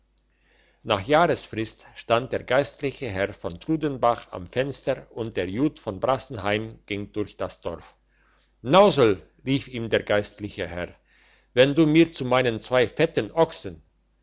nach jahresfrist stand der geistliche herr von trudenbach am fenster und der jud von brassenheim ging durch das dorf nausel rief ihm der geistliche herr wenn du mir zu meinen zwei fetten ochsen